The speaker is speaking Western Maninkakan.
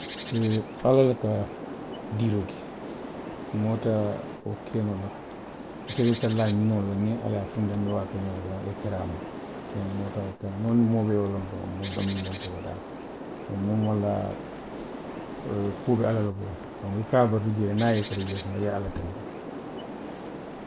Eee ala le ka diiroo ke, moo te wo kee noo la. Ite be tara la a ňiniŋo le la, niŋ ala ye a funtandi waatoo miŋ na doroŋ, i ye tereŋ a ma. Mee moo te wo ke la. Niŋ moo bee ye loŋ doroŋ, tonbi moolu te bataa la. Moo maŋ laa ala la, kuo be ala le bulu donku i ka a batu jee le, niŋ a ye i tara jee, i ye ala tentu